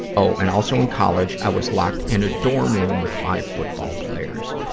oh, and also in college, i was locked in a dorm room with five football players.